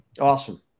Awesome